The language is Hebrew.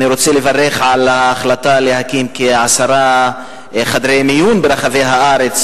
אני רוצה לברך על ההחלטה להקים כעשרה חדרי מיון ברחבי הארץ,